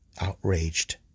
outraged